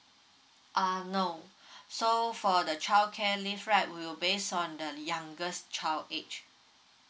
err no so for the childcare leave right we will base on the youngest child age